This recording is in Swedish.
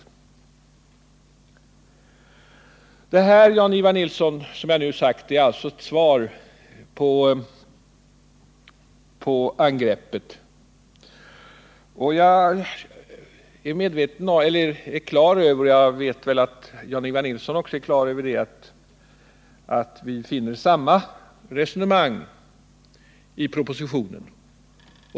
Det jag nu sagt, Jan-Ivan Nilsson, är ett svar på angreppet. Jag är på det klara med och vet att Jan-Ivan Nilsson också har klart för sig att vi finner samma resonemang i propositionen.